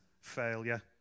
failure